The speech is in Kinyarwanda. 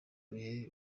bihe